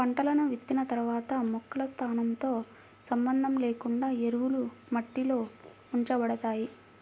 పంటలను విత్తిన తర్వాత మొక్కల స్థానంతో సంబంధం లేకుండా ఎరువులు మట్టిలో ఉంచబడతాయి